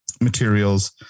materials